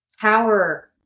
power